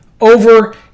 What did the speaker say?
over